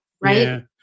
Right